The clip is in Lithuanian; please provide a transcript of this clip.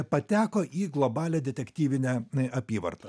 pateko į globalią detektyvinę apyvartą